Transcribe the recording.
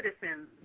citizens